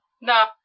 No